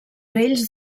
bells